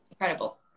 incredible